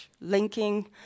linking